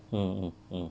mm mm mm